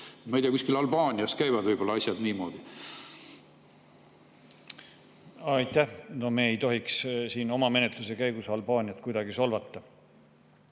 Ma ei tea, kuskil Albaanias võib-olla käivad asjad niimoodi. Aitäh! Me ei tohiks oma menetluse käigus Albaaniat kuidagi solvata.